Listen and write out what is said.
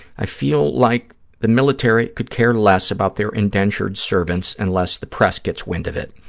i feel like the military could care less about their indentured servants unless the press gets wind of it.